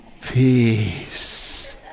Peace